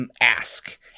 ask